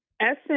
Essence